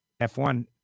F1